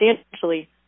substantially